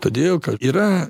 todėl kad yra